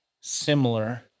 similar